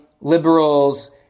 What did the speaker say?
liberals